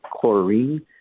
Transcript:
chlorine